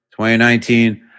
2019